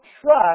trust